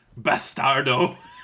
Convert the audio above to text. Bastardo